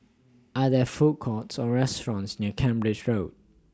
Are There Food Courts Or restaurants near Cambridge Road